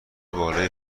بالای